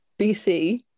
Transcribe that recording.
BC